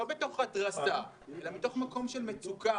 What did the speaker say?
לא מתוך התרסה אלא מתוך מקום של מצוקה,